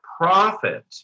profit